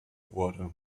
wurde